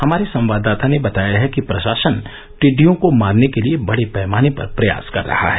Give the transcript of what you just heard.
हमारे संवाददाता ने बताया है कि प्रशासन टिडियों को मारने के लिए बडे पैमाने पर प्रयास कर रहा है